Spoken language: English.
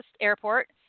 airport